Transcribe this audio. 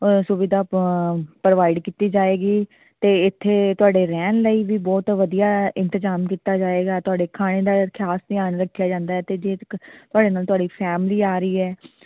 ਸੁਵਿਧਾ ਪ੍ਰੋਵਾਈਡ ਕੀਤੀ ਜਾਏਗੀ ਅਤੇ ਇੱਥੇ ਤੁਹਾਡੇ ਰਹਿਣ ਲਈ ਵੀ ਬਹੁਤ ਵਧੀਆ ਇੰਤਜ਼ਾਮ ਕੀਤਾ ਜਾਏਗਾ ਤੁਹਾਡੇ ਖਾਣੇ ਦਾ ਖਾਸ ਧਿਆਨ ਰੱਖਿਆ ਜਾਂਦਾ ਅਤੇ ਜੇ ਕ ਤੁਹਾਡੇ ਨਾਲ ਤੁਹਾਡੀ ਫੈਮਲੀ ਆ ਰਹੀ ਹੈ